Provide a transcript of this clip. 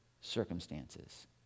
circumstances